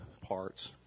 parts